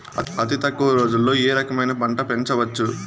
అతి తక్కువ రోజుల్లో ఏ రకమైన పంట పెంచవచ్చు?